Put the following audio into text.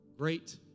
great